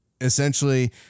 essentially